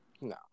No